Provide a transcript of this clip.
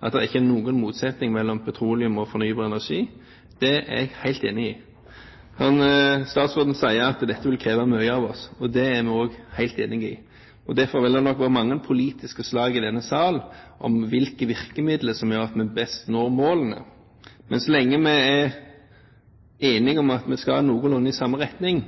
at det ikke er noen motsetning mellom petroleum og fornybar energi. Det er jeg helt enig i! Statsråden sier at dette vil kreve mye av oss, og det er vi også helt enig i. Derfor vil det nok være mange politiske slag i denne sal om med hvilke virkemidler vi best når målene. Men så lenge vi er enige om at vi skal i noenlunde samme retning,